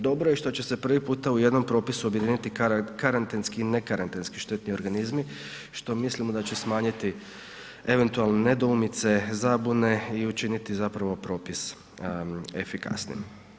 Dobro je što će se prvi puta u jednom propisu objediniti karantenski i ne karantenski štetni organizmi što mislimo da će smanjiti eventualne nedoumice, zabune i učiniti zapravo propis efikasnijim.